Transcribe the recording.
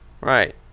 Right